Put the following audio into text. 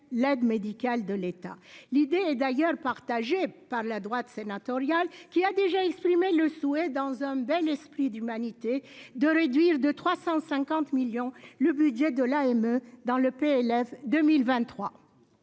L'idée est d'ailleurs partagée par la droite sénatoriale, qui a déjà exprimé le souhait dans un bel esprit d'humanité, de réduire de 350 millions, le budget de l'AME dans le PLF 2023.